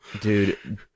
Dude